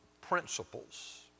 principles